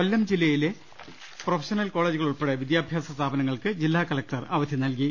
കൊല്ലം ജില്ലയിലെ പ്രൊഫഷണൽ കോളജുകൾ ഉൾപ്പെടെ വിദ്യാഭ്യാസ സ്ഥാപനങ്ങൾക്ക് ജില്ലാ കലക്ടർ ഇന്ന് അവധി പ്രഖ്യാപിച്ചു